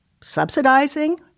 subsidizing